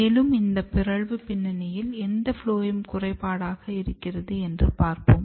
மேலும் இந்த பிறழ்வு பின்னணியில் எந்த ஃபுளோயம் குறைபாடாக இருக்கிறது என்று பார்ப்போம்